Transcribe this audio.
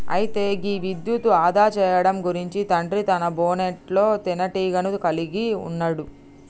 అయితే గీ విద్యుత్ను ఆదా సేయడం గురించి తండ్రి తన బోనెట్లో తీనేటీగను కలిగి ఉన్నాడు